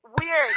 weird